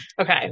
Okay